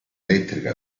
elettrica